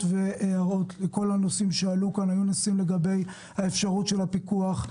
והערות לכל הנושאים שעלו כאן לגבי האפשרות של הפיקוח,